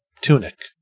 Tunic